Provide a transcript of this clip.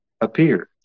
appeared